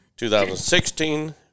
2016